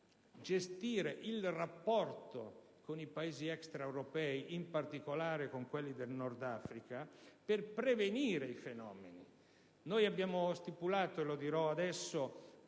gestire il rapporto con i Paesi extraeuropei, in particolare con quelli del Nord Africa, al fine di prevenire i fenomeni. Abbiamo stipulato un accordo